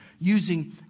using